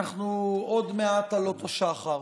עוד מעט עלות השחר,